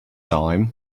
time